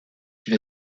qui